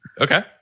Okay